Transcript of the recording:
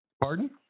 Pardon